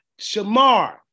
shamar